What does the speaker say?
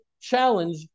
challenge